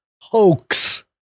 hoax